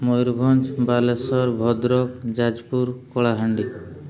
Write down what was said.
Mayurbhanj Baleshwar Bhadrak Jajpur Kalahandi